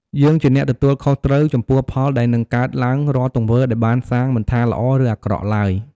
យើងជាអ្នកទទួលខុសត្រូវចំពោះផលដែលនឹងកើតឡើងរាល់ទង្វើដែលបានសាងមិនថាល្អឫអាក្រក់ទ្បើយ។